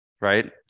right